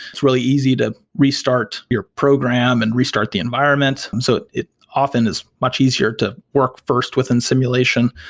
it's really easy to restart your program and restart the environment. so it often is much easier to work first within simulation,